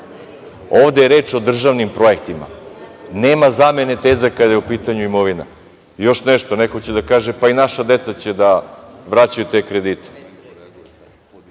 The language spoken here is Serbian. Ovde je reč o državnim projektima. Nema zamene teza kada je u pitanju imovina. Još nešto. Neko će da kaže pa i naša deca će da vraćaju te kredite.